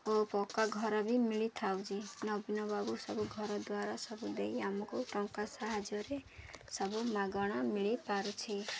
ଓ ପକ୍କା ଘର ବି ମିଳି ଥାଉଛି ନବୀନ ବାବୁ ସବୁ ଘର ଦ୍ୱାର ସବୁ ଦେଇ ଆମକୁ ଟଙ୍କା ସାହାଯ୍ୟରେ ସବୁ ମାଗଣା ମିଳିପାରୁଛି